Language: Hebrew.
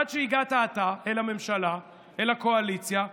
עד שהגעת אתה אל הממשלה, אל הקואליציה.